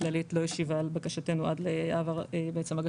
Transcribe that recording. הכללית לא השיבה על בקשתנו עד לרגע זה.